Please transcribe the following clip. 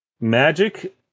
Magic